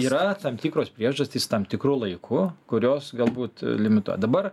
yra tam tikros priežastys tam tikru laiku kurios galbūt limituoja dabar